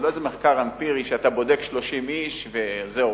זה לא איזה מחקר אמפירי שאתה בודק 30 איש וזהו,